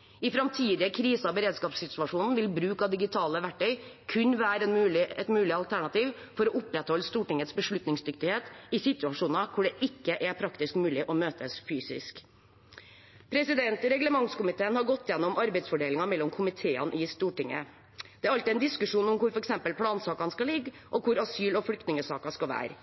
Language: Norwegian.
i stortingssalen. I framtidige krise- og beredskapssituasjoner vil bruk av digitale verktøy kunne være et mulig alternativ for å opprettholde Stortingets beslutningsdyktighet i situasjoner der det ikke er praktisk mulig å møtes fysisk. Reglementskomiteen har gått gjennom arbeidsfordelingen mellom komiteene i Stortinget. Det er alltid en diskusjon om hvor f.eks. plansakene skal ligge, og hvor asyl- og flyktningsaker skal være.